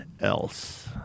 else